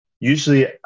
usually